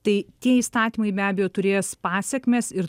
tai tie įstatymai be abejo turės pasekmes ir